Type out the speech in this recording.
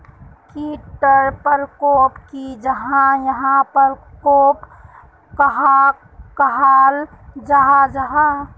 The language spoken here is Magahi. कीट टर परकोप की जाहा या परकोप कहाक कहाल जाहा जाहा?